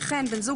וכן בן זוג,